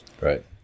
Right